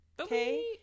okay